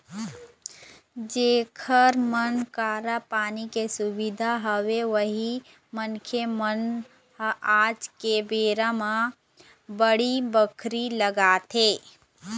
जेखर मन करा पानी के सुबिधा हवय उही मनखे मन ह आज के बेरा म बाड़ी बखरी लगाथे